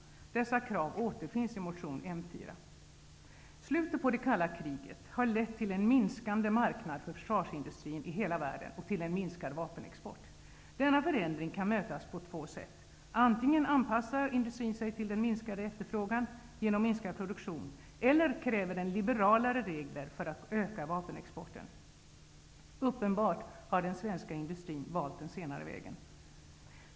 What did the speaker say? Dessa krav återfinns i motion U4. Slutet på det kalla kriget har lett till en minskande marknad för försvarsindustrier i hela världen och till en minskad vapenexport. Denna förändring kan mötas på två sätt: antingen anpassar industrin sig till den minskade efterfrågan genom minskad produktion eller också kräver den liberalare regler för att öka vapenexporten. Uppenbart har den svenska industrin valt den senare vägen.